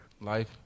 Life